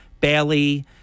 Bailey